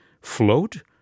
float